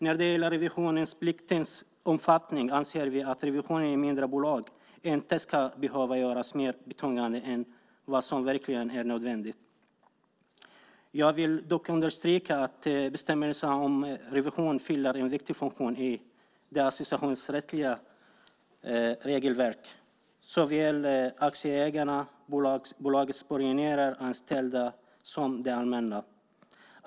När det gäller revisionspliktens omfattning anser vi att revisionen i mindre bolag inte ska behöva göras mer betungande än vad som verkligen är nödvändigt. Jag vill dock understryka att bestämmelserna om revision fyller en viktig funktion i det associationsrättsliga regelverket för såväl aktieägare, bolagets borgenärer och anställda som det allmänna.